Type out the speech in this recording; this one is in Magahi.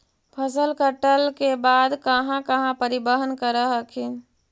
फसल कटल के बाद कहा कहा परिबहन कर हखिन?